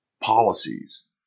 policies